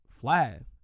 flat